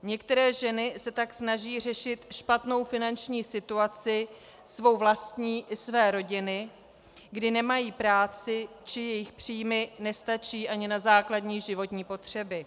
Některé ženy se tak snaží řešit špatnou finanční situaci, svou vlastní i své rodiny, kdy nemají práci či jejich příjmy nestačí ani na základní životní potřeby.